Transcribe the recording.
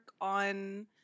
on